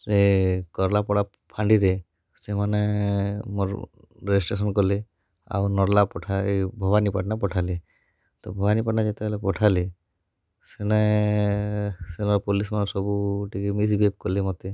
ସେ କର୍ଲାପଡ଼ା ଫାଣ୍ଡିରେ ସେମାନେ ମର୍ ରେଜିଷ୍ଟେସନ୍ କଲେ ଆଉ ନର୍ଲା ପଠା ଏ ଭବାନୀପାଟ୍ନା ପଠାଲେ ତ ଭବାନୀପାଟନା ଯେତେବେଳେ ପଠାଲେ ସେନେ ସେନର୍ ପୋଲିସ୍ମାନେ ସବୁ ଟିକେ ମିସ୍ବିହେବ୍ କଲେ ମତେ